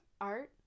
Art